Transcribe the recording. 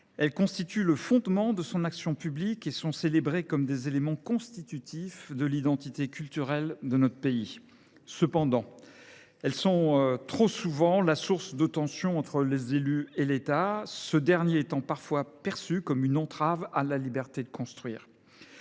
Elles constituent le fondement de son action publique et sont célébrées comme constitutives de l’identité culturelle de notre pays. Cependant, elles sont également trop souvent la source de tensions entre les élus et l’État, l’intervention de ce dernier étant parfois considérée comme une entrave à la liberté de construire.